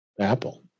Apple